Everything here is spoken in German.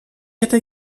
hätte